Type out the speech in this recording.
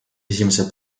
esimesel